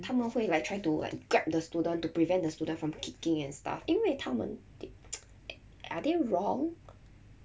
他们会 like try to like grab the student to prevent the student from kicking and stuff 因为他们 are they wrong